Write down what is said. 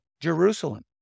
Jerusalem